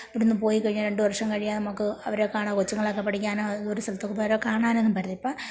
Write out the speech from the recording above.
ഇവിടുന്ന് പോയി കഴിഞ്ഞാൽ രണ്ട് വർഷം കഴിയാതെ നമുക്ക് അവരെ കാണാന് കൊച്ചുങ്ങളൊക്കെ പഠിക്കാനോ ദൂര സ്ഥലത്ത് പോയാലോ കാണാനൊന്നും പറ്റത്തില്ല ഇപ്പം